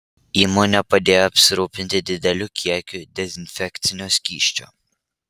įmonė padėjo apsirūpinti dideliu kiekiu dezinfekcinio skysčio